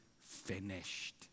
finished